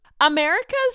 America's